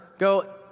Go